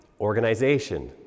Organization